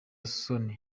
isoni